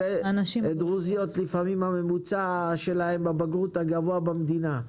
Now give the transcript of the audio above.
לפעמים הממוצע שלהם בבגרות הוא הגבוה במדינה.